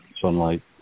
sunlight